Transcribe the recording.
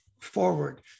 forward